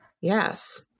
Yes